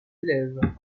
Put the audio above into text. élèves